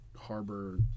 harbor